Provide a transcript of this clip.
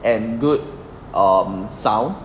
and good um sound